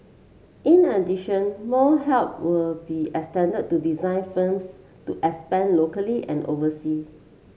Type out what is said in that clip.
in addition more help were be extended to design firms to expand locally and oversea